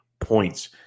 points